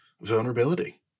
vulnerability